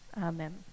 Amen